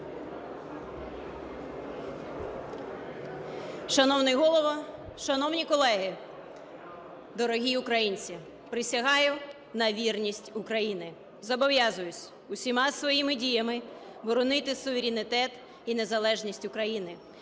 Шановний Голово, шановні колеги, дорогі українці! Присягаю на вірність України. Зобов'язуюсь усіма своїми діями боронити суверенітет і незалежність України,